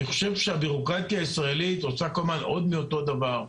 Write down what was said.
אני חושב שהבירוקרטיה הישראלית עושה כל הזמן עוד מאותו דבר.